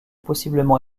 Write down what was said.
possiblement